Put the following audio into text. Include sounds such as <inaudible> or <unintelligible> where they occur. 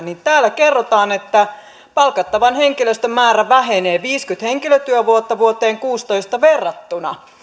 <unintelligible> niin täällä kerrotaan että palkattavan henkilöstön määrä vähenee viisikymmentä henkilötyövuotta vuoteen kuutenatoista verrattuna